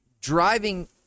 driving